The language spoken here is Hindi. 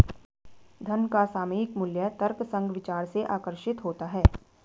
धन का सामयिक मूल्य तर्कसंग विचार से आकर्षित होता है